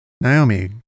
Naomi